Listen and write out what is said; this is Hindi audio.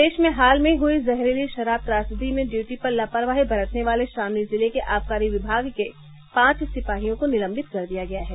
प्रदेश में हाल में हुई जहरीली शराब त्रासदी में डयूटी पर लापरवाही बरतने के लिए शामली जिले के आबकारी विमाग के पांच सिपाहियों को निलंबित कर दिया गया है